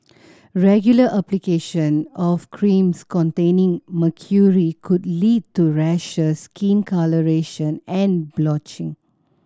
regular application of creams containing mercury could lead to rashes skin colouration and blotching